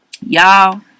y'all